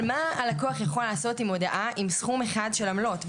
אבל מה הלקוח יכול לעשות עם הודעה עם סכום אחד של עמלות?